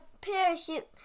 parachute